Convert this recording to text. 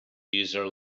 user